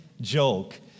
joke